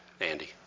Andy